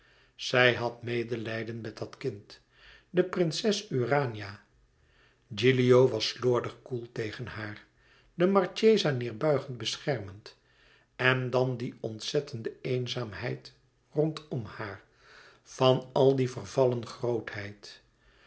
zij had medelijden met dat kind de prinses urania gilio was slordig koel tegen haar de marchesa neêrbuigend beschermend en dan die ontzettende eenzaamheid rondom haar van al die vervallen grootheid